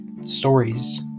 stories